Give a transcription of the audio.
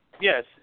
yes